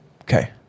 Okay